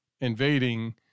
invading